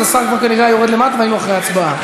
אז השר כבר כנראה היה יורד למטה והיינו אחרי ההצבעה.